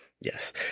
Yes